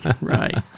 Right